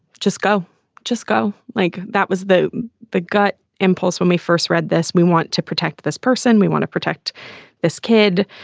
just go just go. like that was the the gut impulse when we first read this. we want to protect this person. we want to protect this kid.